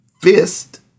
fist